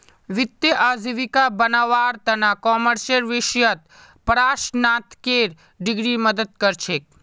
वित्तीय आजीविका बनव्वार त न कॉमर्सेर विषयत परास्नातकेर डिग्री मदद कर छेक